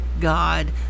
god